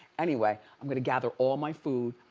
anyway, i'm going to gather all my food.